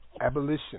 abolition